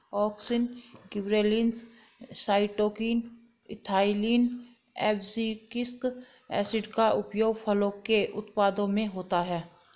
auxin, gibberellins, cytokinin, ethylene, abscisic acid का उपयोग फलों के उत्पादन में होता है